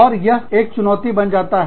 और यह एक चुनौती बन जाता है